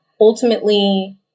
Ultimately